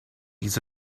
ease